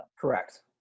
Correct